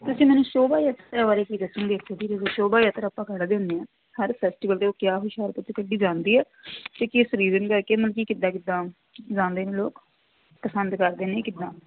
ਤੁਸੀਂ ਮੈਨੂੰ ਸ਼ੋਭਾ ਯਾਤਰਾ ਬਾਰੇ ਕੀ ਦੱਸੋਗੇ ਕਿਉਂਕਿ ਜਦੋਂ ਸ਼ੋਭਾ ਯਾਤਰਾ ਆਪਾਂ ਕੱਢਦੇ ਹੁੰਦੇ ਹਾਂ ਹਰ ਫੈਸਟੀਵਲ 'ਤੇ ਉਹ ਕਿਆ ਹੁਸ਼ਿਆਰਪੁਰ 'ਚ ਕੱਢੀ ਜਾਂਦੀ ਹੈ ਅਤੇ ਕੀ ਇਹ ਨੂੰ ਲੈ ਕੇ ਮਲ ਕਿ ਕਿੱਦਾਂ ਕਿੱਦਾਂ ਜਾਂਦੇ ਨੇ ਲੋਕ ਪਸੰਦ ਕਰਦੇ ਨੇ ਕਿੱਦਾਂ